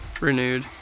renewed